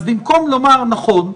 אז במקום לומר נכון,